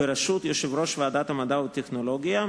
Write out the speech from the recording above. בראשות יושב-ראש ועדת המדע והטכנולוגיה.